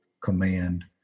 command